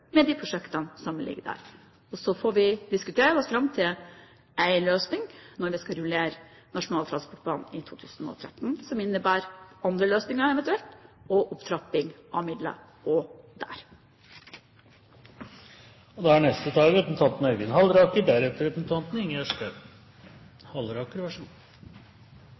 la de prosjektene som ligger der, komme hele landet til gode. Og så får vi diskutere oss fram til en løsning når vi skal rullere Nasjonal transportplan i 2013, som innebærer andre løsninger, eventuelt, og opptrapping av midler også der. Det er interessant at statsråden kritiserer tidligere arbeiderpartiregjeringer for ikke å følge opp NTP, for det er